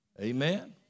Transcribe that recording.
Amen